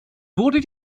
wurde